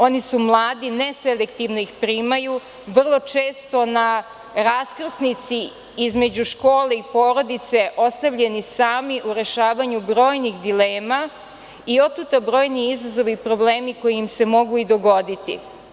Oni su mladi, neselektivno ih primaju i vrlo često na raskrsnici između škole i porodice ostavljeni sami u rešavanju brojnih dilema i otuda brojni izazovi i problemi koji se mogu i dogoditi.